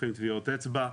לוקחים טביעות אצבע,